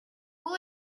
who